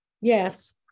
Yes